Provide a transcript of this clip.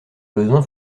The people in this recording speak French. besoins